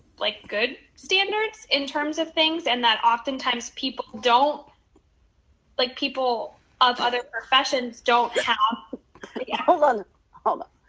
like, good standards, in terms of things and that, oftentimes, people don't like, people of other professions don't have yeah yeah hold on, hold on.